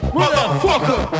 Motherfucker